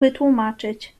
wytłumaczyć